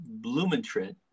Blumentritt